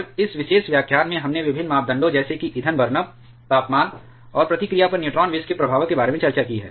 और इस विशेष व्याख्यान में हमने विभिन्न मापदंडों जैसे कि ईंधन बर्नअप तापमान और प्रतिक्रिया पर न्यूट्रॉन विष के प्रभावों के बारे में चर्चा की है